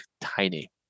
tiny